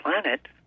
planet